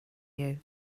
you